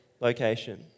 location